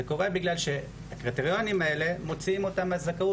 זה קורה בגלל שהקריטריונים האלה מוציאים אותן מהזכאות,